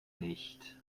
nicht